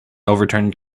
overturned